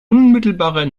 unmittelbarer